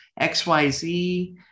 XYZ